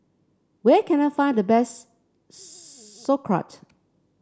where can I find the best Sauerkraut